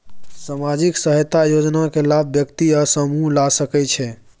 सामाजिक सहायता योजना के लाभ व्यक्ति या समूह ला सकै छै?